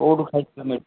କୋଉଠୁ ଖାଇଥିଲେ ମେଡିସିନ୍